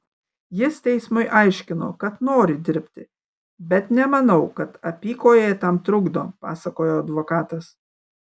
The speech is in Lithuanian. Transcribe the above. jis teismui aiškino kad nori dirbti bet nemanau kad apykojė tam trukdo pasakojo advokatas